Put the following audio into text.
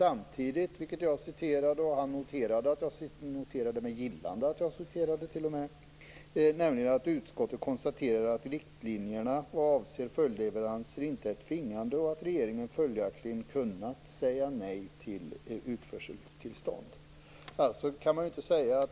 Kurt Ove Johansson noterade t.o.m. med gillande att jag citerade att utskottet konstaterar att riktlinjerna vad avser följdleveranser inte är tvingande och att regeringen följaktligen kunnat säga nej till utförseltillstånd.